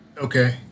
okay